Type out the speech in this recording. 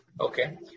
okay